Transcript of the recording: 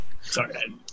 Sorry